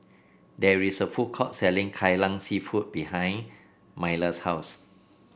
there is a food court selling Kai Lan seafood behind Myla's house